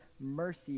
Mercy